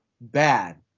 bad